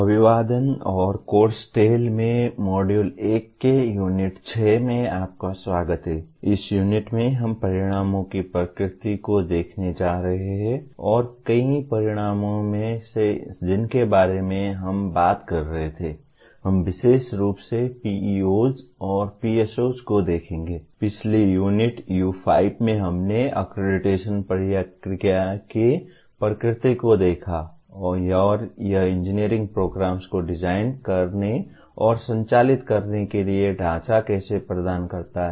पिछली unit U5 में हमने अक्रेडिटेशन प्रक्रिया की प्रकृति को देखा और यह इंजीनियरिंग प्रोग्राम्स को डिजाइन करने और संचालित करने के लिए ढांचा कैसे प्रदान करता है